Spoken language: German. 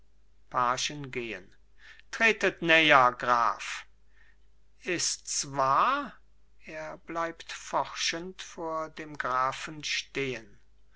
pagen gehen tretet näher graf ists wahr er bleibt forschend vor dem grafen stehen